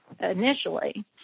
initially